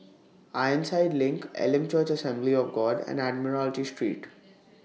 Ironside LINK Elim Church Assembly of God and Admiralty Street